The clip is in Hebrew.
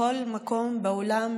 בכל מקום בעולם,